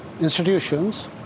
institutions